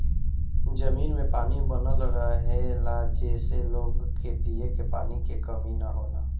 जमीन में पानी बनल रहेला जेसे लोग के पिए के पानी के कमी ना होला